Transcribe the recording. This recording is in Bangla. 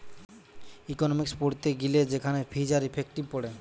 ইকোনোমিক্স পড়তে গিলে সেখানে ফিজ আর ইফেক্টিভ পড়ে